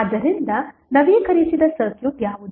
ಆದ್ದರಿಂದ ನವೀಕರಿಸಿದ ಸರ್ಕ್ಯೂಟ್ ಯಾವುದು